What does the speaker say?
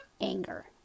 anger